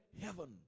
heaven